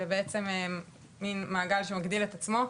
זה בעצם מן מעגל שמגדיל את עצמו.